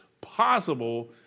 possible